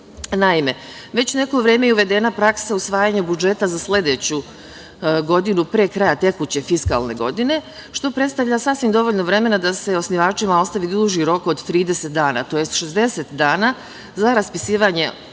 Naime, već neko vreme je uvedena praksa usvajanja budžeta za sledeću godinu pre kraja tekuće fiskalne godine, što predstavlja sasvim dovoljno vremena da se osnivačima ostavi duži rok od 30 dana, tj. 60 dana za raspisivanje